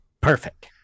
Perfect